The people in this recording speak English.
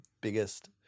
biggest